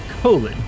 colon